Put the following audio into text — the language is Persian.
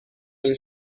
این